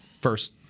First